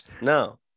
No